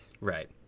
Right